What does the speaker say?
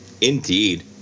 Indeed